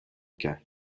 کرد